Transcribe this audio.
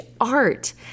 art